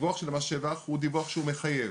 הדיווח של מס שבח הוא דיווח שהוא מחייב.